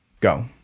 Go